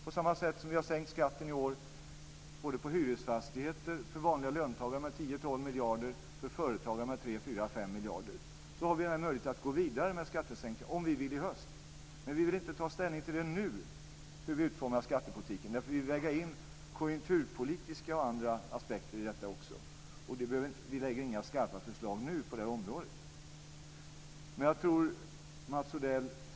På samma sätt som vi har sänkt skatten i år både på hyresfastigheter för vanliga löntagare med 10-12 miljarder och för företagare med 3, 4, 5 miljarder har vi möjlighet att gå vidare med skattesänkningar i höst, om vi vill. Men vi vill inte nu ta ställning till hur vi utformar skattepolitiken eftersom vi vill väga in konjunkturpolitiska och andra aspekter i detta. Vi lägger inga skarpa förslag på det området nu.